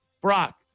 Brock